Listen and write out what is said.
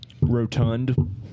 Rotund